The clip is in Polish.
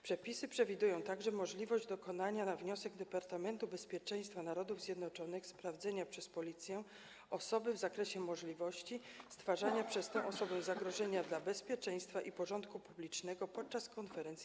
Przepisy przewidują także możliwość dokonania na wniosek Departamentu Bezpieczeństwa Narodów Zjednoczonych sprawdzenia przez Policję osoby w zakresie możliwości stwarzania przez tę osobę zagrożenia dla bezpieczeństwa i porządku publicznego podczas konferencji